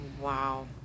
Wow